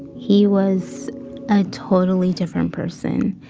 he was a totally different person.